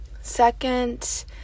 second